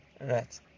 Right